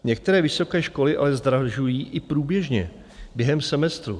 Některé vysoké školy ale zdražují i průběžně během semestru.